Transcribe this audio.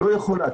לא יכולה.